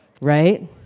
right